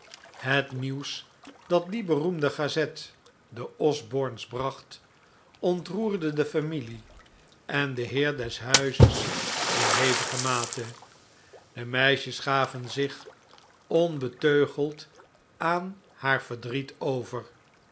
het nieuws dat die beroemde gazette de osbornes bracht ontroerde de familie en den heer des huizes in hevige mate de meisjes gaven zich onbeteugeld aan haar verdriet over